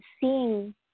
seeing